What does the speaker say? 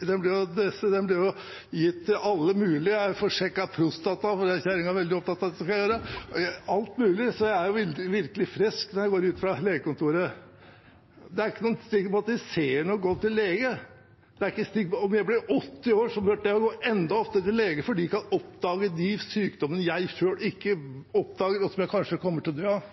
Det er blodprøver, og det er sjekk av prostata og alt mulig. Kjerringa er veldig opptatt av at jeg skal gjøre det, så jeg er virkelig frisk når jeg går ut fra legekontoret. Det er ikke noe stigmatiserende å gå til lege. Når jeg blir 80 år, skal jeg gå enda oftere til lege, for de kan oppdage de sykdommene jeg selv ikke oppdager, og som jeg kanskje kommer til å dø av.